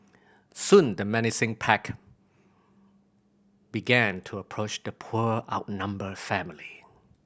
soon the menacing pack began to approach the poor outnumbered family